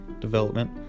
development